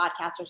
podcasters